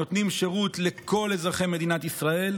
ונותנות שירות לכל אזרחי מדינת ישראל.